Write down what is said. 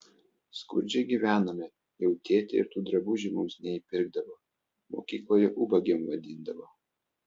skurdžiai gyvenome jau tėtė ir tų drabužių mums neįpirkdavo mokykloje ubagėm vadindavo